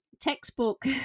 textbook